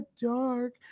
dark